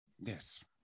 yes